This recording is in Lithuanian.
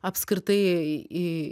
apskritai į